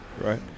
right